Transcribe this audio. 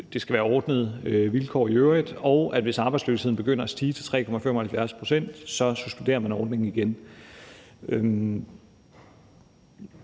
det skal være ordnede vilkår i øvrigt, og at man, hvis arbejdsløsheden begynder at stige til 3,75 pct., så suspenderer ordningen igen.